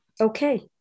Okay